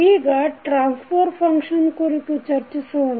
ಈಗ transfer function ಕುರಿತು ಚರ್ಚಿಸೋಣ